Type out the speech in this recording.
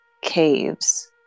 caves